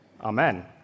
Amen